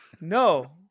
no